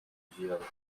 plusieurs